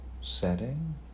setting